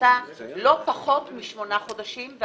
בעבודתה לא פחות מ-8 חודשים.